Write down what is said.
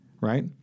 right